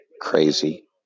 crazy